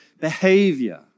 behavior